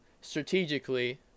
strategically